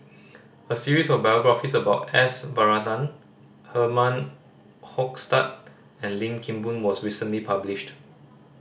a series of biographies about S Varathan Herman Hochstadt and Lim Kim Boon was recently published